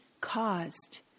caused